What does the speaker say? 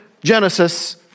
Genesis